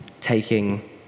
taking